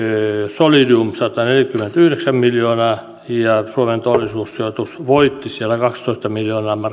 solidium sataneljäkymmentäyhdeksän miljoonaa ja suomen teollisuussijoitus voitti siellä kaksitoista miljoonaa